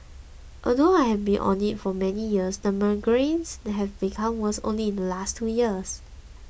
although I have been on it for many years the migraines have become worse only in the last two years